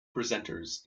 presenters